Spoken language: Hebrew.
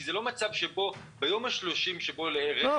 כי זה לא מצב שביום ה-30 שבו פקע רישיון